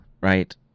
right